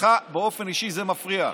לך באופן אישי זה מפריע,